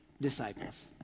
disciples